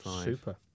Super